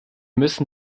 müssen